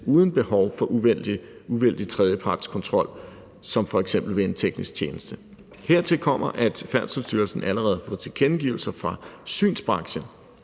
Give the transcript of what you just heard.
uden behov for uvildig tredjepartskontrol som f.eks. ved en teknisk tjeneste. Hertil kommer, at Færdselsstyrelsen allerede har fået tilkendegivelser fra synsbranchen